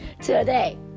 Today